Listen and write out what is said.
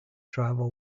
tribal